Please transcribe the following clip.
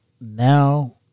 now